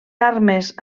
armes